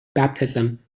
baptism